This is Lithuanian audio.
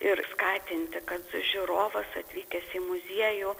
ir skatinti kad žiūrovas atvykęs į muziejų